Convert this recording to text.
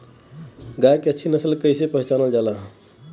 गाय के अच्छी नस्ल कइसे पहचानल जाला?